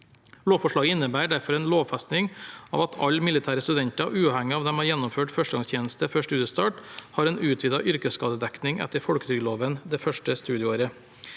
Lovforslaget innebærer derfor en lovfesting av at alle militære studenter, uavhengig av om de har gjennomført førstegangstjeneste før studiestart, har en utvidet yrkesskadedekning etter folketrygdloven det første studieåret.